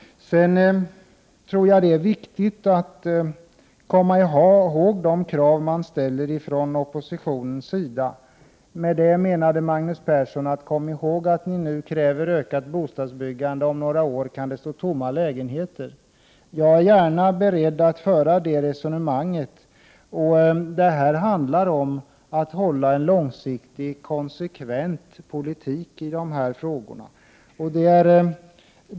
Det är viktigt att komma ihåg de krav som ställs från oppositionens sida, sade Magnus Persson. Med det menar han att vi måste komma ihåg att vi nu kräver ökat bostadsbyggande men att det om några år kan stå tomma lägenheter. Jag är beredd att föra ett sådant resonemang. Det handlar här om att föra en långsiktig konsekvent politik i dessa frågor.